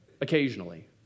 Occasionally